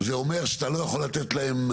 ז אומר שאתה לא יכול לתת להם,